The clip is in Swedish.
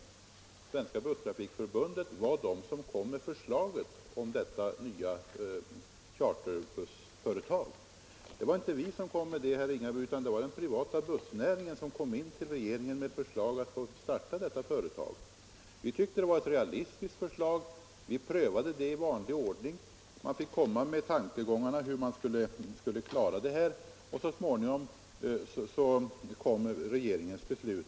Det var Svenska busstrafikförbundet som kom med förslaget till det nya charterbussföretaget. Vi tyckte att det var ett realistiskt förslag. Vi prövade det i vanlig ordning. Man fick redovisa tankegångarna om hur man skulle klara det hela, och så småningom kom regeringens beslut.